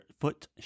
foot